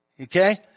Okay